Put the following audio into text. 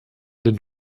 den